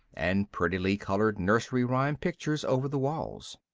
and prettily-coloured nursery-rhyme pictures over the walls.